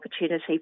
opportunity